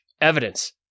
evidence